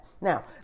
Now